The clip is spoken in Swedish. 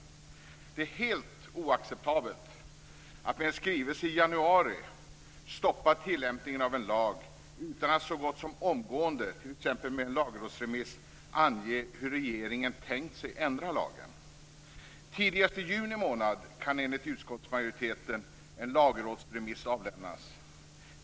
Det är helt oacceptabelt att med en skrivelse i januari stoppa tillämpningen av en lag utan att så gott som omgående i t.ex. en lagrådsremiss ange hur regeringen tänkt sig att ändra lagen. Tidigast i juni månad kan enligt utskottsmajoriteten en lagrådsremiss avlämnas.